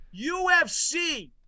UFC